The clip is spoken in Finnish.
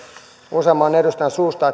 useamman edustajan suusta